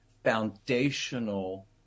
Foundational